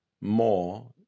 more